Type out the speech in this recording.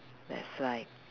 that's why